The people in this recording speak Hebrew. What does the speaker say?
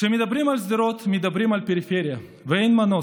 כשמדברים על שדרות מדברים על פריפריה, ואין מנוס,